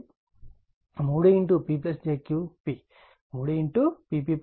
కాబట్టి 3 Pp j Qp 3 Pp j Qp ఇది విలువ